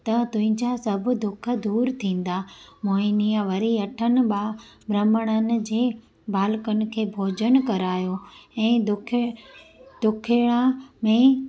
त तुंहिंजा सभ दुखु दूरि थींदा मोहिनीअ वरी अठनि ब्राह्मण जे बालकनि खे भोजन करायो ऐं ॾख ॾुखया में